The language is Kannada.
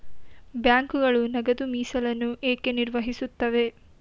ಬ್ಯಾಂಕುಗಳು ನಗದು ಮೀಸಲನ್ನು ಏಕೆ ನಿರ್ವಹಿಸುತ್ತವೆ?